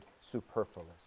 superfluous